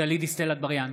גלית דיסטל אטבריאן,